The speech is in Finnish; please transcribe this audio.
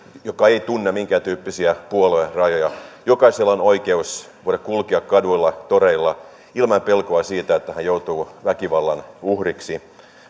joka ei tunne minkään tyyppisiä puoluerajoja jokaisella on oikeus voida kulkea kaduilla toreilla ilman pelkoa siitä että joutuu väkivallan uhriksi